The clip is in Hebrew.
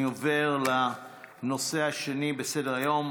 אני עובר לנושא השני בסדר-היום,